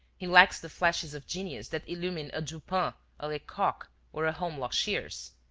he lacks the flashes of genius that illumine a dupin, a lecoq or a holmlock shears.